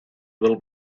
will